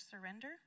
surrender